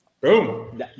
Boom